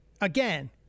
again